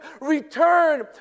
return